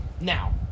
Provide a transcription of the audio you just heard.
now